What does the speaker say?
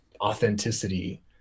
authenticity